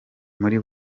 muri